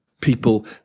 People